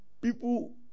people